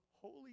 Holy